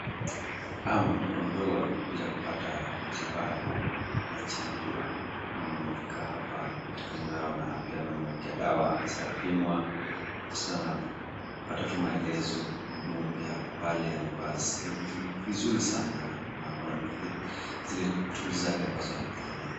Ama mtoto mdogo amekuja kupata matibabu anachanjwa, mama amefika hapa katika nyumba yao na pia anamwekea dawa za kupimwa na sasa anapata tu maelezo. Mhudumu pia ako pale amevaa vizuri sana na ako na zile tools zake ambazo anatumia.